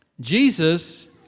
Jesus